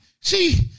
see